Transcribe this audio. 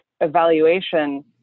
evaluation